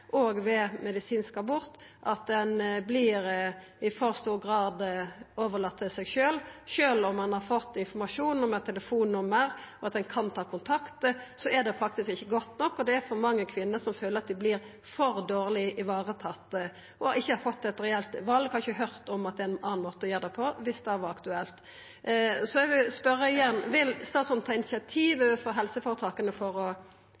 i for stor grad vert overlaten til seg sjølv. Sjølv om ein har fått informasjon om eit telefonnummer og om at ein kan ta kontakt, er det faktisk ikkje godt nok. Det er for mange kvinner som føler at dei vert for dårleg varetatte og ikkje har fått eit reelt val, og som ikkje har høyrt om at det er ein annan måte å gjera det på, om det skulle vera aktuelt. Eg vil spørja igjen: Vil statsråden ta initiativ overfor helseføretaka for å